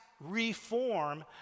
reform